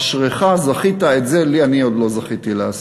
אשריך, זכית, את זה אני עוד לא זכיתי לעשות.